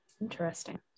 Interesting